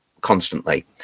constantly